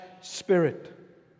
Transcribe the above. spirit